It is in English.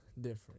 different